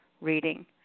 reading